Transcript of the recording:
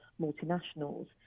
multinationals